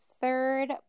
third